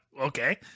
Okay